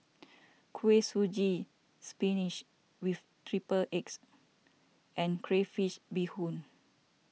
Kuih Suji Spinach with Triple Eggs and Crayfish BeeHoon